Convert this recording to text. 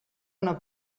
una